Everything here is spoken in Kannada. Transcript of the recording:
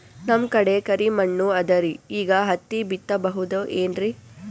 ನಮ್ ಕಡೆ ಕರಿ ಮಣ್ಣು ಅದರಿ, ಈಗ ಹತ್ತಿ ಬಿತ್ತಬಹುದು ಏನ್ರೀ?